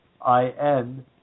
I-N